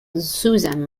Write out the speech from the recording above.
suzanne